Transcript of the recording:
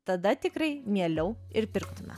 tada tikrai mieliau ir pirktume